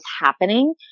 happening